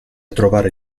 trovare